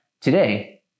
Today